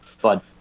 bud